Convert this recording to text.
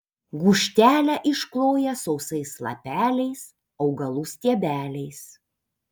gūžtelę iškloja sausais lapeliais augalų stiebeliais